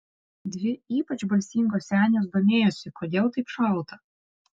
dvi ypač balsingos senės domėjosi kodėl taip šalta